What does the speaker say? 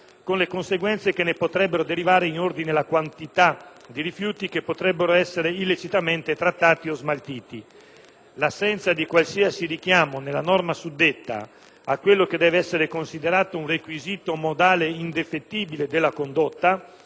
con le conseguenze che ne potrebbero derivare in ordine alla quantità di rifiuti che potrebbero essere illecitamente trattati o smaltiti. L'assenza di qualsiasi richiamo, nella norma suddetta, a quello che deve essere considerato un requisito modale indefettibile della condotta,